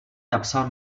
napsal